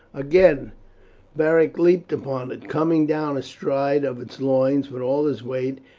again beric leaped upon it, coming down astride of its loins with all his weight,